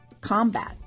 combat